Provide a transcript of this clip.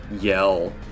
yell